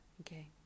Okay